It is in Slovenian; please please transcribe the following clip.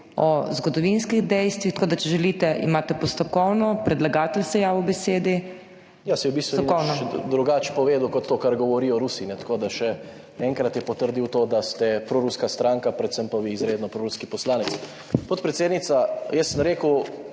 o zgodovinskih dejstvih, tako da če želite, imate postopkovno. Predlagatelj se je javil k besedi. **ŽAN MAHNIČ (PS SDS):** Ja saj v bistvu končno drugače povedal kot to, kar govorijo Rusi, tako da še enkrat je potrdil to, da ste proruska stranka, predvsem pa vi izredno proruski poslanec. Podpredsednica, jaz sem rekel,